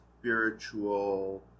spiritual